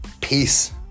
peace